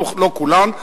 לא כולן.